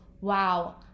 wow